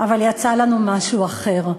"אבל יצא לנו משהו אחר.